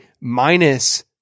minus